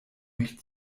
mich